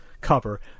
cover